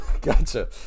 Gotcha